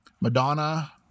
Madonna